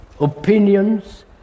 opinions